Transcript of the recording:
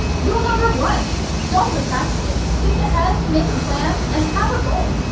rule number one don't procrastinate, think ahead, make a plan and have a goal.